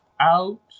out